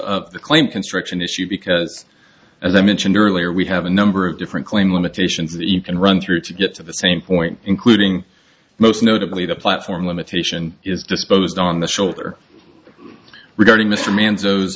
of the claim construction issue because as i mentioned earlier we have a number of different claim limitations that you can run through to get to the same point including most notably the platform limitation is disposed on the shoulder regarding mr mans of those